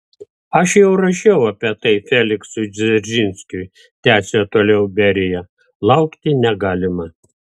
aš jau rašiau apie tai feliksui dzeržinskiui tęsė toliau berija laukti negalima